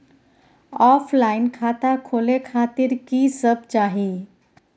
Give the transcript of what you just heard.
Offline खाता खोले खातिर की सब चाही?